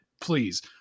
please